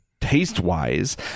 taste-wise